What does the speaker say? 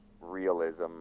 realism